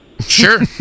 Sure